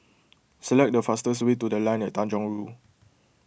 select the fastest way to the Line At Tanjong Rhu